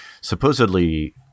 supposedly